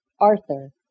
Arthur